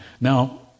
Now